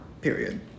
Period